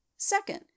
Second